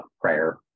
prayer